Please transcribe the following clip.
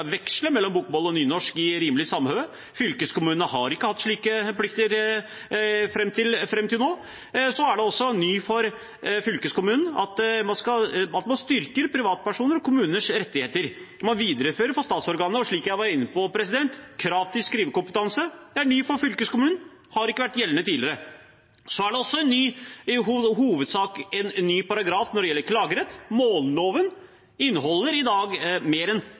mellom bokmål og nynorsk «i rimeleg samhøve». Fylkeskommunene har ikke hatt slike plikter fram til nå. Det er også nytt for fylkeskommunen at man styrker privatpersoners og kommuners rettigheter, så man viderefører det for statsorganet. Og, som jeg var inne på: Krav til skrivekompetanse er nytt for fylkeskommunen, det har ikke vært gjeldende tidligere. Så er det også en i hovedsak ny paragraf når det gjelder klagerett. Målloven inneholder i dag mer en påpekningsrett enn